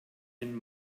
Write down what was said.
den